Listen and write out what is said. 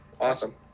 Awesome